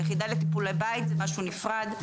היחידה לטיפולי בית זה משהו נפרד.